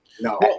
No